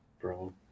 bro